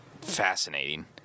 fascinating